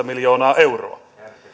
miljoonaa euroa